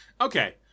Okay